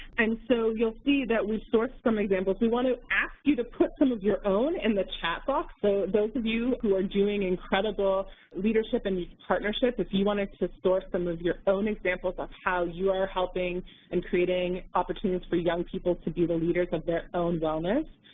and so you'll see that we sourced from examples. we want to ask you to put some of your own in the chat box, so those you who are doing incredible leadership and youth partnership, if you wanted to share some of your own examples of how you are helping in creating opportunities for young people to be the leaders of their own wellness,